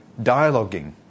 dialoguing